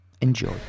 Enjoy